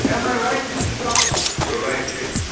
am i right? mr sabich you're right chips, huh?